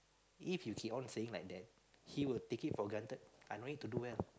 if you keep on saying like that he will take it for granted I don't need to do well